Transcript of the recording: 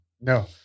No